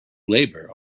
labor